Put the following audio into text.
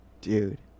dude